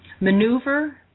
maneuver